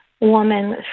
woman